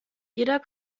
jeder